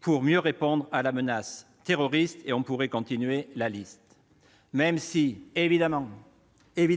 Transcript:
pour mieux répondre à la menace terroriste ? Et on pourrait continuer la liste ! Même si, évidemment, des